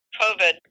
COVID